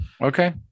Okay